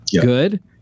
good